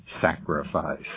sacrifice